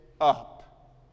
up